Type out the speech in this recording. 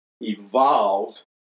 evolved